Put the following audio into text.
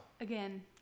Again